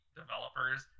developers